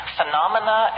Phenomena